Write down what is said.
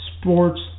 sports